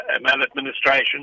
maladministration